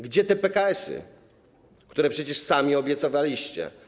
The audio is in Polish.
Gdzie te PKS-y, które przecież sami obiecywaliście?